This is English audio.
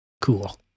cool